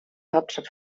hauptstadt